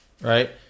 right